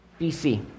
BC